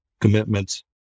commitments